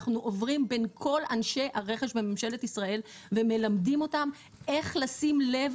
אנחנו עוברים בין כל אנשי הרכש בממשלת ישראל ומלמדים אותם איך לשים לב,